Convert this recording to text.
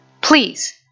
Please